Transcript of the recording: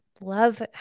love